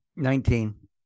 Nineteen